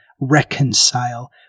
reconcile